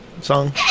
song